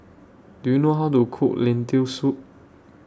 Do YOU know How to Cook Lentil Soup